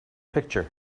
picture